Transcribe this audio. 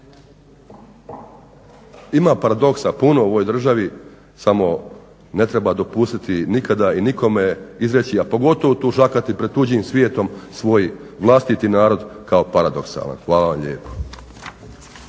Ima paradoksa puno u ovoj državi, samo ne treba dopustiti nikada i nikome izreći, a pogotovo tužakati pred tuđim svijetom svoj vlastiti narod kao paradoksalan. Hvala lijepo.